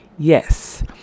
Yes